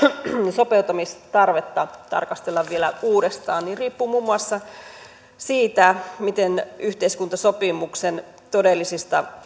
sopeutumistarvetta tarkastella vielä uudestaan riippuu muun muassa siitä mitkä yhteiskuntasopimuksen todelliset